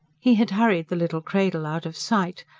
he had hurried the little cradle out of sight.